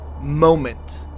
moment